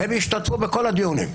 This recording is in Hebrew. והם השתתפו בכל הדיונים.